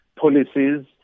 policies